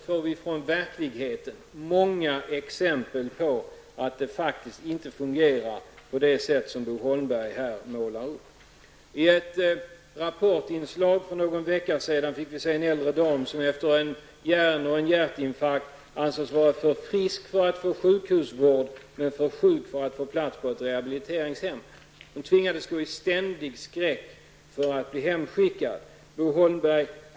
Verkligheten ger oss ändå många exempel på att det faktiskt inte fungerar efter den bild som Bo Holmberg här målar upp. Ett Rapportinslag för någon vecka sedan handlade om en äldre dam som efter en hjärnblödning och en hjärtinfarkt ansågs vara för frisk för att få sjukhusvård men för sjuk för att få plats på ett rehabiliteringshem. Den gamla damen tvingades gå i ständig skräck för att bli hemskickad.